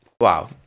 Wow